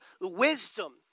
wisdom